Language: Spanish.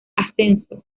ascenso